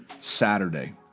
Saturday